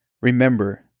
remember